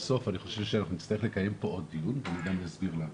בסוף אני חושב שאנחנו נצטרך לקיים פה עוד דיון ואסביר למה.